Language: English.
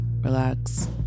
relax